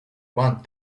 one